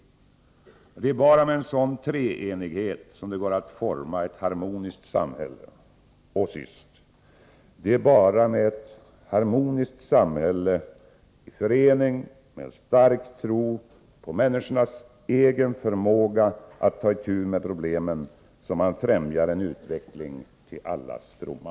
Och det är bara med en sådan treenighet, som det går att forma ett harmoniskt samhälle. Och sist: Det är bara med ett harmoniskt samhälle i förening med en stark tro på människornas egen förmåga att ta itu med problemen, som man främjar en utveckling till allas fromma.